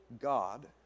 God